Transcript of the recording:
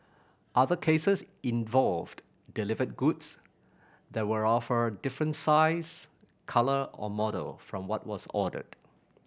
other cases involved delivered goods that were of a different size colour or model from what was ordered